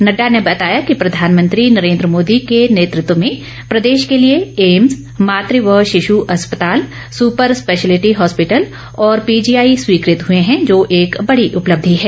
नड़डा ने बताया कि प्रधानमंत्री नरेंद्र मोदी के नेतृत्व में प्रदेश को लिए एम्स मातृ व शिशु अस्पताल सुपर स्पेशलिटी हॉस्पिटल और पीजीआई स्वीकृत हुए है जो एक बड़ी उपलब्धि है